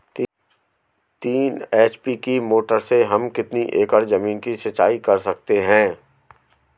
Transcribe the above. तीन एच.पी की मोटर से हम कितनी एकड़ ज़मीन की सिंचाई कर सकते हैं?